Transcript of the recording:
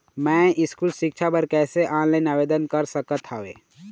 मैं स्कूल सिक्छा बर कैसे ऑनलाइन आवेदन कर सकत हावे?